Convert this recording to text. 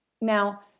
Now